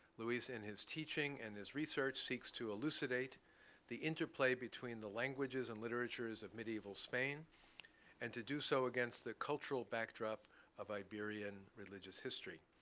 luis, in his teaching and his research, seeks to elucidate the interplay between the languages and literatures of medieval spain and to do so against the cultural backdrop of iberian religious history.